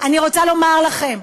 אני רוצה לומר לכם,